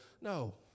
No